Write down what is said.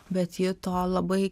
bet ji to labai